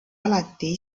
alati